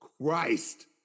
Christ